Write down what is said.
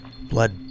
blood